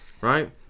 right